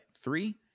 three